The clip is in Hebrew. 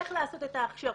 איך לעשות את ההכשרות.